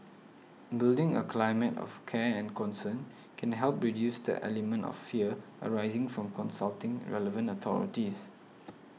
building a climate of care and concern can help reduce the element of fear arising from consulting relevant authorities